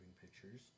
pictures